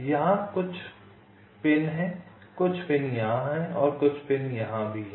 यह कुछ पिन यहाँ हैं कुछ पिन यहाँ हैं और कुछ पिन यहाँ भी हैं